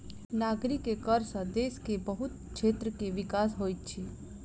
नागरिक के कर सॅ देश के बहुत क्षेत्र के विकास होइत अछि